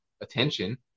attention